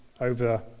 over